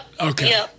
Okay